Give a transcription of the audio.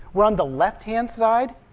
you're on the left-hand side,